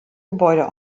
gebäude